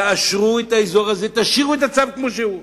תשאירו את הצו כמו שהוא.